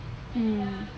mmhmm